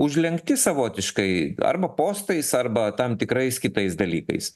užlenkti savotiškai arba postais arba tam tikrais kitais dalykais